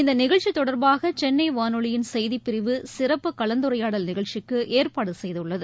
இந்தநிகழ்ச்சிதொடர்பாகசென்னைவானொலியின் செய்திப் பிரிவு சிறப்பு கலந்துரையாடல் நிகழ்ச்சிக்குஏற்பாடுசெய்துள்ளது